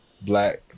black